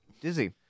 Dizzy